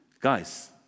Guys